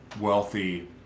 wealthy